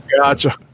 Gotcha